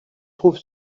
trouve